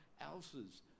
else's